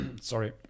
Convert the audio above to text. sorry